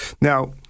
Now